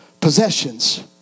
Possessions